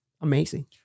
amazing